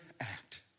act